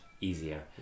easier